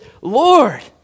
Lord